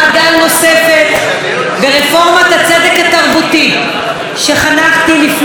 ברפורמת הצדק התרבותי שחנכתי לפני כארבע שנים,